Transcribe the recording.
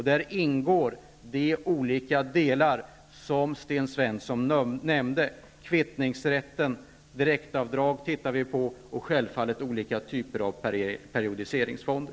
Där ingår de olika delar som Sten Svensson nämnde: kvittningsrätten, direktavdrag och självfallet olika typer av periodiseringsfonder.